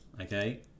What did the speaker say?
okay